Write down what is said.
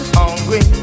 hungry